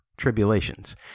tribulations